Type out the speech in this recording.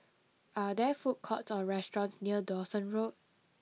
are there food courts or restaurants near Dawson Road